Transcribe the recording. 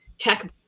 tech